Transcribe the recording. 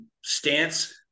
stance